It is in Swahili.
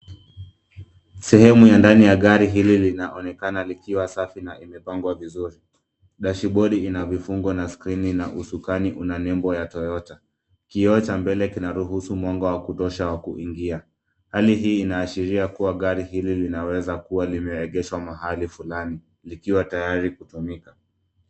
Sehemu ya ndani ya gari hili linaonekana likiwa safi na limepangwa vizuri. Dashibodi inafungwa na skrini na usukani unanembo ya totota. Kioo cha mbele kinauruhusu mwanga wakutosha kuingia hali hii inaashiria gari hili linaweka kuwa limeegeshwa mahali fulani likiwa tayari kutumika.